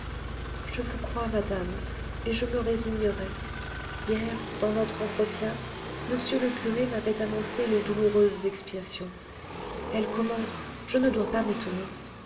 je vous crois madame et je me résignerai hier dans notre entretien m le curé m'avait annoncé les douloureuses expiations elles commencent je ne dois pas m'étonner